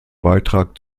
beitrag